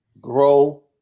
grow